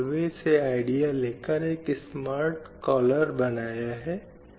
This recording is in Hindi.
उन्हें निर्णय लेने की प्रक्रिया का हिस्सा बनाया जाना चाहिए